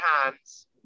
hands